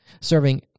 serving